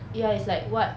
ya it's like what